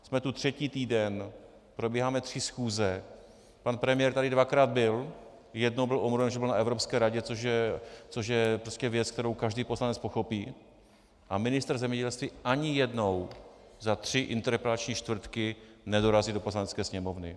Jsme tu třetí týden, probíháme tři schůze, pan premiér tu dvakrát byl, jednou byl omluven, že je na Evropské radě, což je prostě věc, kterou každý poslanec pochopí, a ministr zemědělství ani jednou za tři interpelační čtvrtky nedorazí do Poslanecké sněmovny.